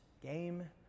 Game